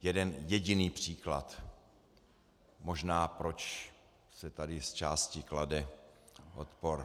Jeden jediný příklad, možná proč se tady zčásti klade odpor.